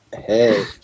Hey